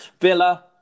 Villa